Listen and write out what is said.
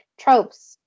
Tropes